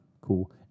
cool